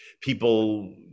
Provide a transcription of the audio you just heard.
people